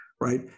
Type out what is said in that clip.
right